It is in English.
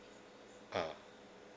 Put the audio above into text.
ah